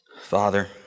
Father